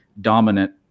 dominant –